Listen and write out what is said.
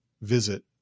visit